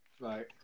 Right